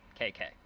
KK